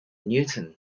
newton